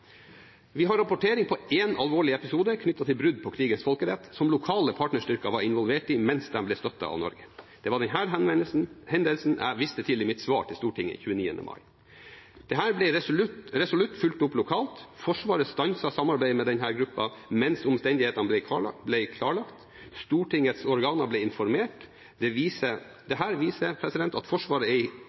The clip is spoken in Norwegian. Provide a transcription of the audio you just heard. vi avsluttet samarbeidet. Vi har rapportering på én alvorlig episode knyttet til brudd på krigens folkerett som lokale partnerstyrker var involvert i mens de ble støttet av Norge. Det var denne hendelsen jeg viste til i mitt svar til Stortinget 29. mai. Dette ble resolutt fulgt opp lokalt. Forsvaret stanset samarbeidet med denne gruppen mens omstendighetene ble klarlagt, og Stortingets organer ble informert. Dette viser at Forsvaret er seg meget bevisst rammene som ligger i